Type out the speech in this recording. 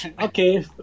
Okay